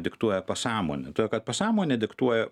diktuoja pasąmonė todėl kad pasąmonė diktuoja